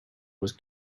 was